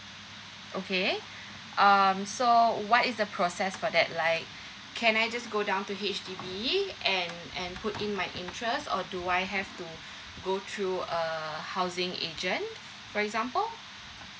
okay um so what is the process for that like can I just go down to H_D_B and and put in my interest or do I have to go through a housing agent for example